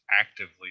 actively